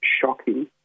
shocking